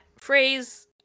phrase